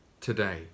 today